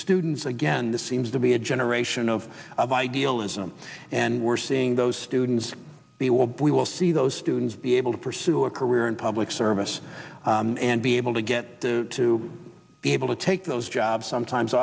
students again this seems to be a generation of idealism and we're seeing those students will we will see those students be able to pursue a career in public service and be able to get to be able to take those jobs sometimes